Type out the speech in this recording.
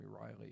Riley